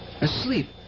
Asleep